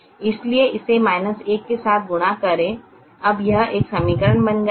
इसलिए इसे 1 के साथ गुणा करें अब यह एक समीकरण बन गया है